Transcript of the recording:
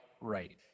right